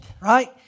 right